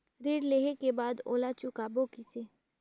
ऋण लेहें के बाद ओला चुकाबो किसे?